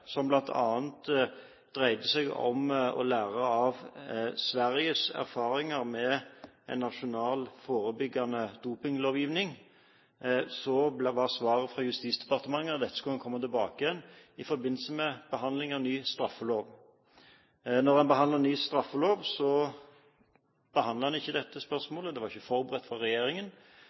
som bl.a. dreide seg om å lære av Sveriges erfaringer med en nasjonal, forebyggende dopinglovgivning, var svaret fra Justisdepartementet at dette skulle man komme tilbake til i forbindelse med behandlingen av ny straffelov. Da man behandlet ny straffelov, behandlet man ikke dette spørsmålet. Det var ikke forberedt fra regjeringen.